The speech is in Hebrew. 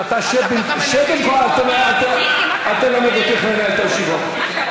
אדוני, שב, ככה אתה מנהל את הישיבה?